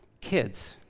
Kids